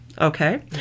Okay